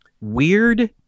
weird